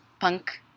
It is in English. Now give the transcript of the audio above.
punk